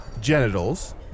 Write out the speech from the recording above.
genitals